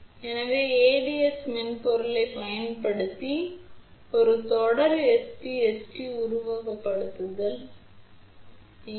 எனவே ADS மென்பொருளைப் பயன்படுத்தி ஒரு தொடர் SPST உருவகப்படுத்துதல் இங்கே